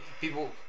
people